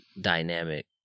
dynamic